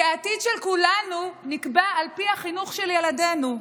כי העתיד של כולנו נקבע על פי החינוך של ילדינו.